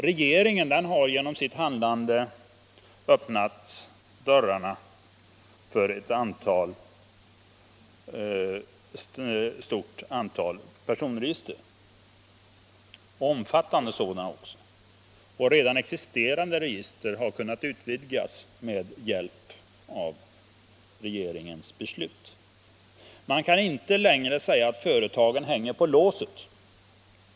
Regeringen har genom sitt handlande öppnat dörrarna för ett stort antal personregister — och omfattande sådana. Redan existerande register har kunnat utvidgas efter regeringens beslut. Man kan inte längre säga att företagen hänger på låset.